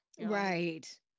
Right